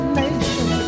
nation